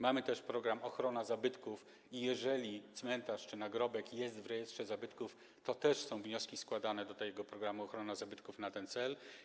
Mamy też program „Ochrona zabytków” i jeżeli cmentarz czy nagrobek jest w rejestrze zabytków, to też są składane wnioski w ramach tego programu, „Ochrona zabytków”, na ten cel.